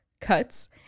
cuts